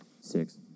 Six